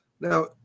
Now